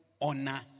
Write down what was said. honor